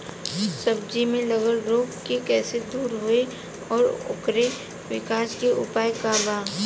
सब्जी में लगल रोग के कइसे दूर होयी और ओकरे विकास के उपाय का बा?